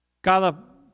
Cada